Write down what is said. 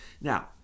Now